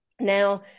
Now